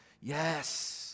yes